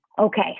Okay